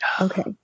Okay